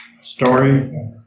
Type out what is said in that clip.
story